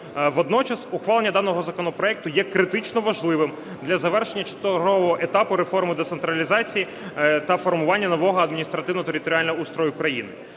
Водночас ухвалення даного законопроекту є критично важливим для завершення чергового етапу реформи децентралізації та формування нового адміністративно-територіального устрою країни.